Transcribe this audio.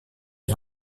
des